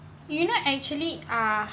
you know actually ah